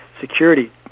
security